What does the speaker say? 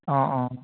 অঁ অঁ